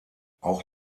auch